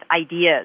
ideas